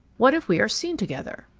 what if we are seen together?